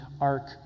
ark